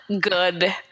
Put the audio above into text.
good